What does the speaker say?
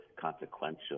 consequential